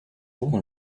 woman